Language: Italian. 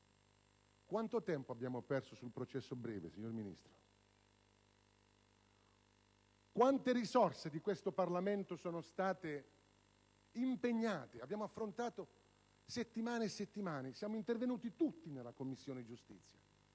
Quanto tempo abbiamo perso sul processo breve, signor Ministro? Quante risorse di questo Parlamento sono state impegnate? Lo abbiamo affrontato per settimane e settimane; siamo intervenuti tutti in Commissione giustizia.